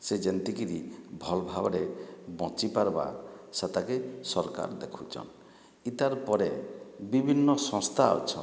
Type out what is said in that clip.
ସେ ଯେନ୍ତି କିରି ଭଲ୍ ଭାବରେ ବଞ୍ଚି ପାର୍ବା ସେ ତାକେ ସରକାର୍ ଦେଖୁଛନ୍ ଇ ତାର୍ ପରେ ବିଭିନ୍ନ ସଂସ୍ଥା ଅଛନ୍